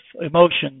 emotions